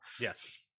Yes